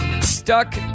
stuck